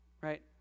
right